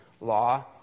law